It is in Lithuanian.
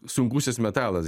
sunkusis metalas